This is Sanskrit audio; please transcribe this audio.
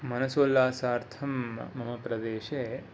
मानसोल्लासार्थं मम प्रदेशे